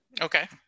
Okay